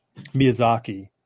Miyazaki